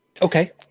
Okay